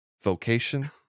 vocation